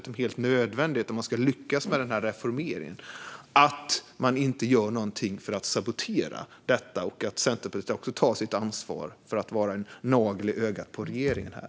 Om man ska lyckas med reformeringen är det nödvändigt att man inte gör någonting för att sabotera detta. Det är också nödvändigt att Centerpartiet tar sitt ansvar att vara en nagel i ögat på regeringen här.